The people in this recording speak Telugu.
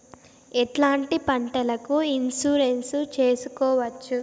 ఎట్లాంటి పంటలకు ఇన్సూరెన్సు చేసుకోవచ్చు?